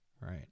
Right